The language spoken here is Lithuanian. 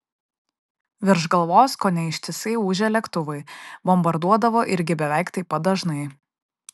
virš galvos kone ištisai ūžė lėktuvai bombarduodavo irgi beveik taip pat dažnai